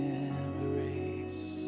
embrace